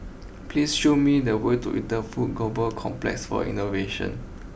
please show me the way to Interpol Global Complex for Innovation